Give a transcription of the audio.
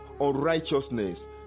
unrighteousness